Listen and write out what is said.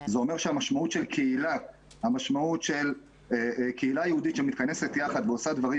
זה אומר שהמשמעות של קהילה יהודית שמתכנסת יחד ועושה דברים